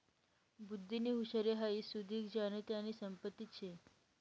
बुध्दीनी हुशारी हाई सुदीक ज्यानी त्यानी संपत्तीच शे